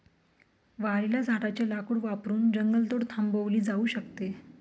वाळलेल्या झाडाचे लाकूड वापरून जंगलतोड थांबवली जाऊ शकते